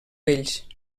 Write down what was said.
vells